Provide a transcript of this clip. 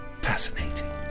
fascinating